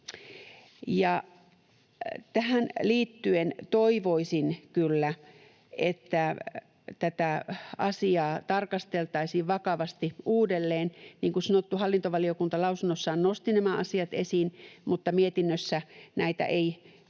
Tähän liittyen toivoisin kyllä, että tätä asiaa tarkasteltaisiin vakavasti uudelleen. Niin kuin sanottu, hallintovaliokunta lausunnossaan nosti nämä asiat esiin, mutta mietinnössä näitä ei kuitenkaan